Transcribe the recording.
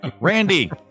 Randy